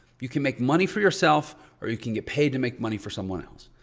you can make money for yourself or you can get paid to make money for someone else.